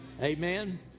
Amen